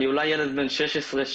אני אולי ילד בן שש עשרה,